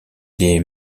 des